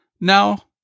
Now